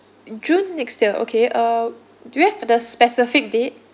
june next year okay uh do you have the specific date